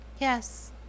Yes